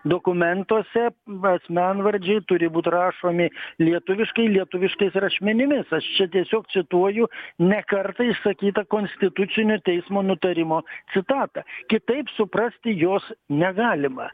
dokumentuose asmenvardžiai turi būt rašomi lietuviškai lietuviškais rašmenimis aš čia tiesiog cituoju ne kartą išsakytą konstitucinio teismo nutarimo citatą kitaip suprasti jos negalima